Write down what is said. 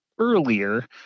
Earlier